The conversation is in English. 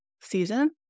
season